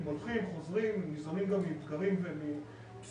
הם הולכים, חוזרים, הם ניזונים גם מפגרים בשטח,